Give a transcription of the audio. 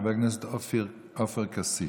חבר הכנסת עופר כסיף.